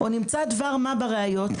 או נמצא דבר מה בראיות,